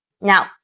Now